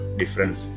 difference